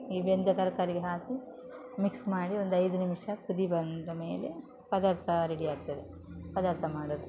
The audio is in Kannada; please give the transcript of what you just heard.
ಈ ಬೆಂದ ತರಕಾರಿಗೆ ಹಾಕಿ ಮಿಕ್ಸ್ ಮಾಡಿ ಒಂದು ಐದು ನಿಮಿಷ ಕುದಿ ಬಂದ ಮೇಲೆ ಪದಾರ್ಥ ರೆಡಿಯಾಗ್ತದೆ ಪದಾರ್ಥ ಮಾಡೋದು